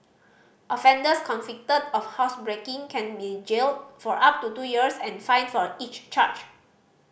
offenders convicted of housebreaking can be jailed for up to two years and fined for each charge